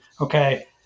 okay